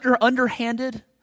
underhanded